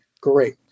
great